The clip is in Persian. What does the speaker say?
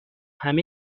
همه